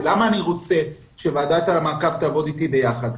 למה אני רוצה שוועדת המעקב תעבוד אתי ביחד?